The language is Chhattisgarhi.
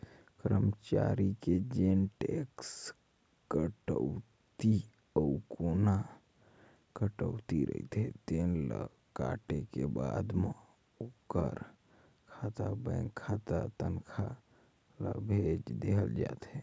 करमचारी के जेन टेक्स कटउतीए अउ कोना कटउती रहिथे तेन ल काटे के बाद म ओखर खाता बेंक खाता तनखा ल भेज देहल जाथे